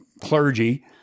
clergy